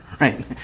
right